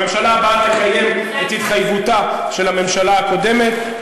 הממשלה הבאה תקיים את התחייבותה של הממשלה הקודמת,